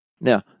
Now